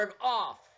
off